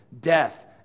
death